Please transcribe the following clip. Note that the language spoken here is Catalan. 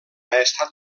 estat